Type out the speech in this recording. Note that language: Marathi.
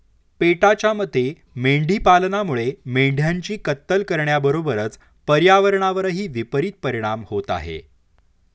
पेटाच्या मते मेंढी पालनामुळे मेंढ्यांची कत्तल करण्याबरोबरच पर्यावरणावरही विपरित परिणाम होत आहे